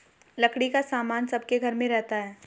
लकड़ी का सामान सबके घर में रहता है